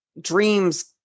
dreams